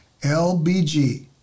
LBG